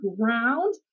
ground